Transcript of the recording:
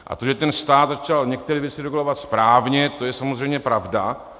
A protože ten stát začal některé věci regulovat správně, to je samozřejmě pravda.